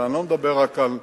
אבל אני לא מדבר רק על,